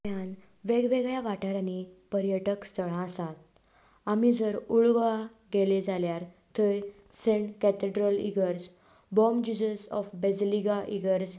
गोंयान वेगवेगळ्या वाठारांनी पर्यटक स्थळां आसात आमी जर ओल्ड गोवा गेले जाल्यार थंय सेंट कॅथड्रल इगर्ज बॉम जिझस ऑफ बेजिलिका इगर्ज